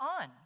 on